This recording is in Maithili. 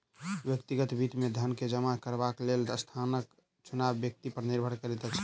व्यक्तिगत वित्त मे धन के जमा करबाक लेल स्थानक चुनाव व्यक्ति पर निर्भर करैत अछि